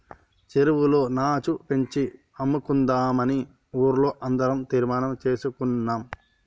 చెరువులో నాచు పెంచి అమ్ముకుందామని ఊర్లో అందరం తీర్మానం చేసుకున్నాం